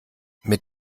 mit